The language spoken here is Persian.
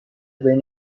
بین